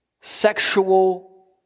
sexual